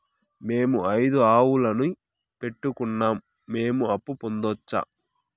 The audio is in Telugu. మేము ఐదు ఆవులని పెట్టుకున్నాం, మేము అప్పు పొందొచ్చా